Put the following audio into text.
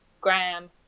gram